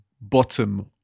bottom